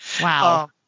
Wow